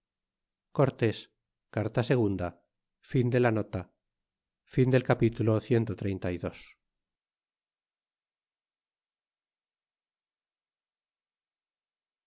cortés carta ii